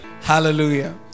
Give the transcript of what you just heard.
Hallelujah